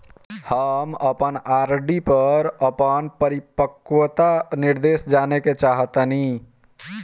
हम अपन आर.डी पर अपन परिपक्वता निर्देश जानेके चाहतानी